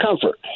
comfort